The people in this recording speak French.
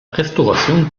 restauration